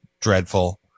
dreadful